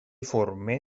forme